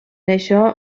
això